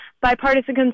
bipartisan